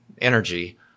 energy